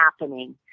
happening